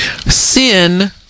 Sin